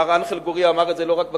מר אנחל גורייה אמר את זה לא רק בכנסת,